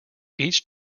each